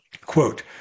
Quote